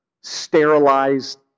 sterilized